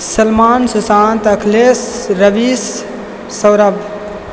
Salman Sushant Akhilesh Ravish Saurabh